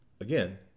again